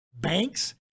Banks